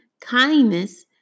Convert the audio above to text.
kindness